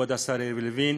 כבוד השר יריב לוין,